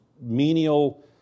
menial